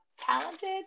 talented